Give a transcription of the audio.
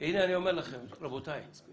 נקראה בדיוק מה קורה, נראה בדיוק מה עושים.